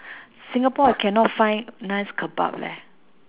singapore cannot find nice kebab leh